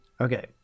Okay